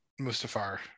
Mustafar